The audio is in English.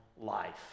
life